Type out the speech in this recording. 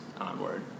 onward